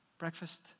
breakfast